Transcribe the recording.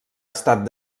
estat